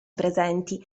presenti